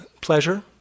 pleasure